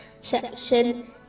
section